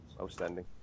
Outstanding